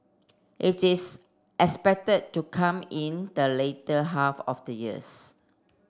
it is expected to come in the later half of the years